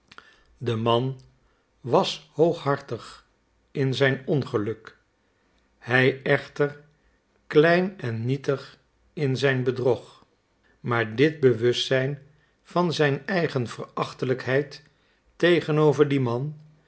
de man was hooghartig in zijn ongeluk hij echter klein en nietig in zijn bedrog maar dit bewustzijn van zijn eigen verachtelijkheid tegenover dien man